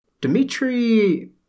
Dmitry